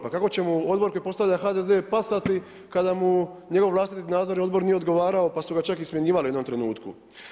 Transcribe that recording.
Pa kako će odbor koji postavlja HDZ pasati –kada mu njegov vlastiti nadzorni odbor nije odgovarao pa su ga čak i smjenjivali u jednom trenutku?